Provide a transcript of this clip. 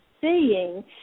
seeing